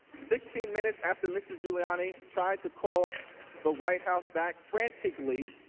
sixteen minutes after mr. giuliani tried to call the white house back frantically